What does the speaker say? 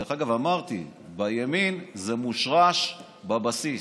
דרך אגב, אמרתי, בימין זה מושרש בבסיס,